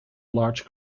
large